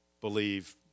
believe